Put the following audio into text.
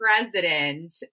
president